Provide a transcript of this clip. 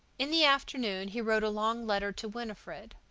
in the afternoon he wrote a long letter to winifred.